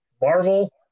Marvel